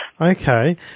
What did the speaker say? Okay